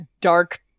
dark